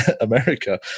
America